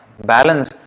balance